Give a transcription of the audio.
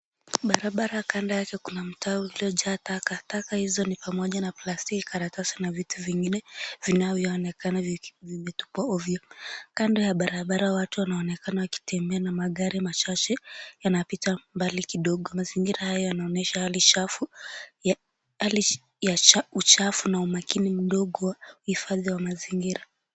Barabara kando yake Kuna takataka iliyojaa hizo ni pamoja na plastika na vitu vingine vinaoonekana vikitupwa ovyo kando ya barabara watu wanaonekana wakitembea na magari machache yanapita kando kidogo mazingira haya yanaonyesha hali ya uchafu na umakini mdogo wa hufadhi wa mazingira